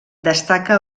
destaca